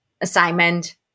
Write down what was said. assignment